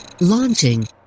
Launching